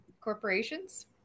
Corporations